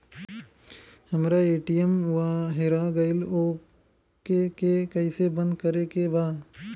हमरा ए.टी.एम वा हेरा गइल ओ के के कैसे बंद करे के बा?